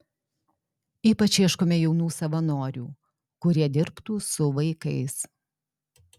ypač ieškome jaunų savanorių kurie dirbtų su vaikais